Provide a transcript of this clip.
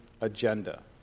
agenda